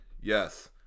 Yes